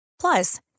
Plus